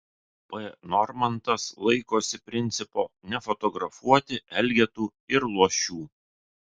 p normantas laikosi principo nefotografuoti elgetų ir luošių